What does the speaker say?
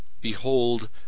Behold